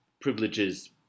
privileges